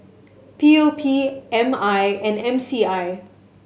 P O P M I and M C I